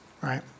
right